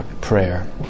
prayer